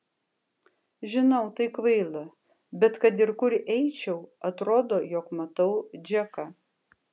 žinau tai kvaila bet kad ir kur eičiau atrodo jog matau džeką